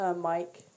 Mike